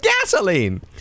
gasoline